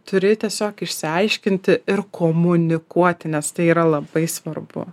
turi tiesiog išsiaiškinti ir komunikuoti nes tai yra labai svarbu